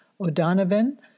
O'Donovan